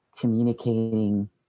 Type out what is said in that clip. communicating